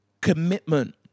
commitment